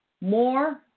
more